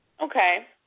Okay